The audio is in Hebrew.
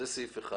סעיף (2)